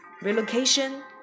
Relocation